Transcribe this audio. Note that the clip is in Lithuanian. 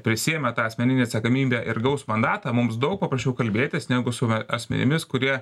prisiėmė tą asmeninę atsakomybę ir gaus mandatą mums daug paprasčiau kalbėtis negu su asmenimis kurie